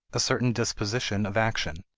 a certain disposition of action.